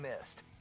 missed